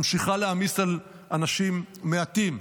ממשיכה להעמיס על אנשים מעטים,